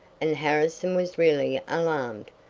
and harrison was really alarmed.